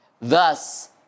Thus